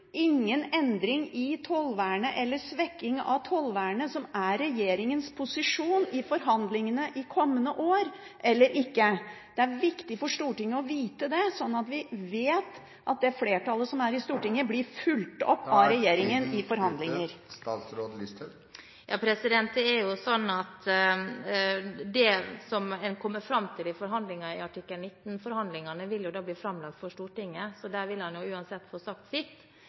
endring i tollvernet» eller posisjonen «svekking av tollvernet» som er regjeringens posisjon i forhandlingene de kommende årene, eller ikke. Det er viktig for Stortinget å vite det, sånn at vi vet at det flertallsstandpunktet som er i Stortinget, blir fulgt opp av regjeringen i forhandlinger. Det som man kommer fram til i artikkel 19-forhandlingene, vil bli framlagt for Stortinget, så da vil man uansett få sagt sitt.